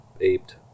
aped